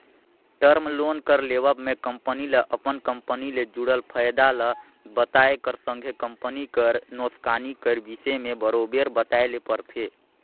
term loan कर लेवब में कंपनी ल अपन कंपनी ले जुड़ल फयदा ल बताए कर संघे कंपनी कर नोसकानी कर बिसे में बरोबेर बताए ले परथे